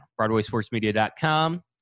BroadwaySportsMedia.com